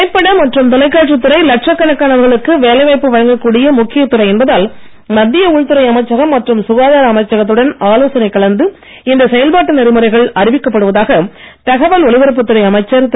திரைப்பட மற்றும் தொலைக்காட்சித் துறை லட்சக் கணக்கானவர்களுக்கு வேலைவாய்ப்பு வழங்கக் கூடிய முக்கியத் துறை என்பதால் மத்திய உள்துறை அமைச்சகம் மற்றும் சுகாதார அமைச்சகத்துடன் ஆலோசனை கலந்து இந்த செயல்பாட்டு நெறிமுறைகள் அறிவிக்கப் படுவதாக தகவல் ஒலிபரப்புத் துறை அமைச்சர் திரு